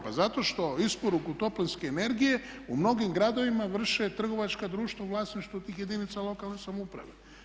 Pa zato što isporuku toplinske energije u mnogim gradovima vrše trgovačka društva u vlasništvu tih jedinica lokalne samouprave.